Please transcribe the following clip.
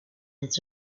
des